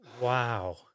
Wow